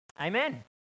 amen